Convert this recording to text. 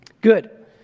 good